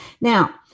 Now